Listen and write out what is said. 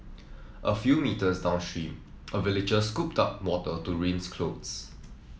a few metres downstream a villager scooped up water to rinse clothes